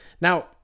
Now